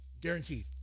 guaranteed